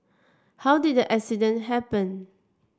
how did the accident happen